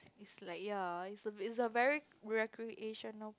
it's like ya it's it's a very recreational